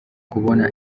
kubona